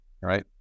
Right